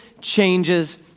Changes